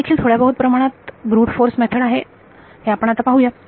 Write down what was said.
हीदेखील थोड्याबहुत प्रमाणात ब्रूट फॉर्स मेथड आहे हे आपण आता पाहूया